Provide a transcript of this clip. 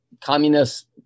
communist